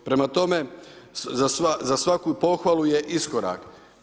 Prema tome, za svaku pohvalu je iskorak.